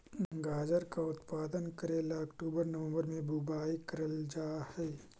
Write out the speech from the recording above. गाजर का उत्पादन करे ला अक्टूबर नवंबर में बुवाई करल जा हई